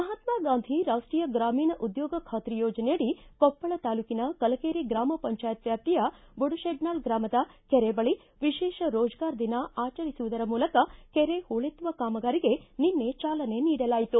ಮಹಾತ್ಮಾಗಾಂಧಿ ರಾಷ್ಟೀಯ ಗ್ರಾಮೀಣ ಉದ್ಯೋಗ ಖಾತ್ರಿ ಯೋಜನೆಯಡಿ ಕೊಪ್ಪಳ ತಾಲೂಕಿನ ಕಲಕೇರಿ ಗ್ರಾಮ ಪಂಚಾಯತ್ ವ್ಯಾಪ್ತಿಯ ಬುಡಶೆಟ್ನಾಳ ಗ್ರಾಮದ ಕೆರೆ ಬಳಿ ವಿಶೇಷ ರೋಜಗಾರ್ ದಿನ ಆಚರಿಸುವುದರ ಮೂಲಕ ಕೆರೆ ಹೂಳೆತ್ತುವ ಕಾಮಗಾರಿಗೆ ನಿನ್ನೆ ಚಾಲನೆ ನೀಡಲಾಯಿತು